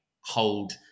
hold